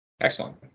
Excellent